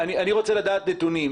אני רוצה לדעת נתונים.